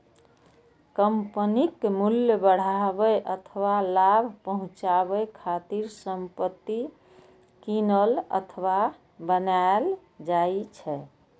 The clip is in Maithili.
कंपनीक मूल्य बढ़ाबै अथवा लाभ पहुंचाबै खातिर संपत्ति कीनल अथवा बनाएल जाइ छै